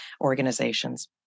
organizations